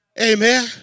Amen